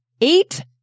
Eight